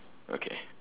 okay